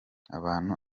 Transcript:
abantu